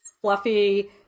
fluffy